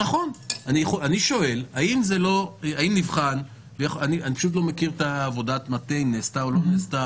אני שואל אני פשוט לא מכיר את עבודת המטה האם נעשתה או לא נעשתה?